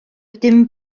dim